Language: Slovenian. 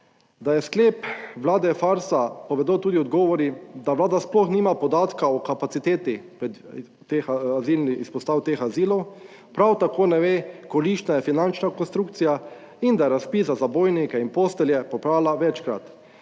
Da je sklep vlade farsa, povedo tudi odgovori, da Vlada sploh nima podatka o kapaciteti azilnih izpostav teh azilov prav tako ne ve, kolikšna je finančna konstrukcija in da je razpis za zabojnike in postelje popravlja večkrat.